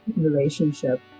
relationship